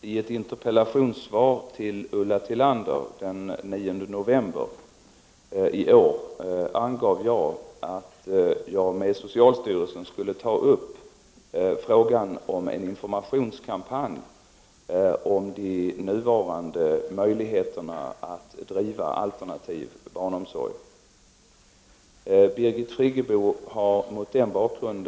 I ett interpellationssvar den 9 november utlovade statsrådet Lindqvist en informationskampanj, i socialstyrelsens regi, om alternativ barnomsorg. I Lund drivs bl.a. i förskolan Arken ett treårigt försök med s.k. allmän förskola. I Uppsala drivs ett annat projekt, Liten lär. Erfarenheterna hittills är utomordentligt positiva.